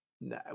no